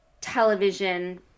television